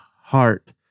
heart